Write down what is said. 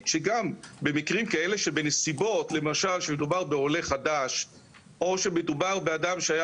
שגם במקרים כאלה שבנסיבות למשל שמדובר בעולה חדש או שמדובר באדם שהיה